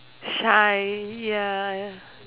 shy ya